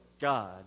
God